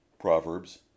Proverbs